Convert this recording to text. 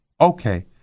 Okay